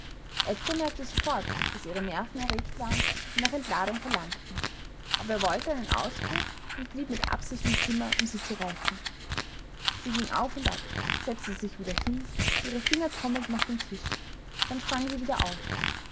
edgar merkte sofort daß ihre nerven erregt waren und nach entladung verlangten aber er wollte einen ausbruch und blieb mit absicht im zimmer um sie zu reizen sie ging auf und ab setzte sich wieder hin ihre finger trommelten auf dem tisch dann sprang sie wieder auf